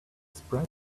spread